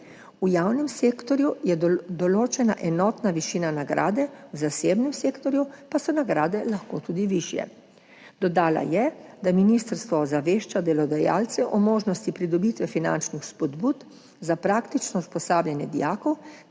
V javnem sektorju je določena enotna višina nagrade, v zasebnem sektorju pa so nagrade lahko tudi višje. Dodala je, da ministrstvo ozavešča delodajalce o možnosti pridobitve finančnih spodbud za praktično usposabljanje dijakov